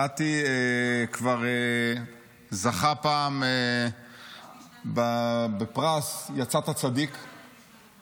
נתי כבר זכה פעם בפרס "יצאת צדיק";